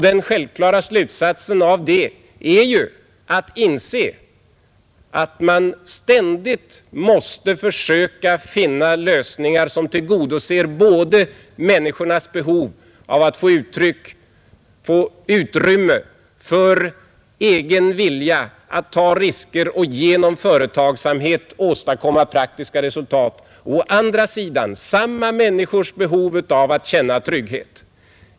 Den självklara slutsatsen därav är att inse att man ständigt måste försöka finna lösningar som tillgodoser både människornas behov av att få utrymme för egen vilja att ta risker och genom företagsamhet åstadkomma praktiska resultat och å andra sidan samma människors behov av att känna trygghet.